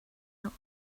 not